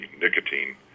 nicotine